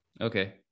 Okay